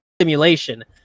simulation